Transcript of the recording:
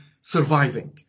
surviving